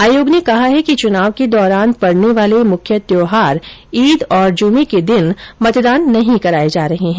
आयोग ने कहा है कि चुनाव के दौरान पड़ने वाले मुख्य त्योहार ईद और जुमे के दिन मतदान नहीं कराये जा रहे हैं